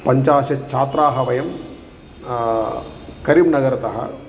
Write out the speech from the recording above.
पञ्चाशत् छात्राः वयं करिं नगरतः